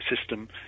system